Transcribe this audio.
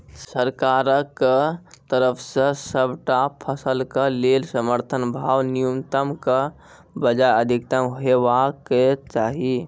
सरकारक तरफ सॅ सबटा फसलक लेल समर्थन भाव न्यूनतमक बजाय अधिकतम हेवाक चाही?